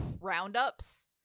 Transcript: roundups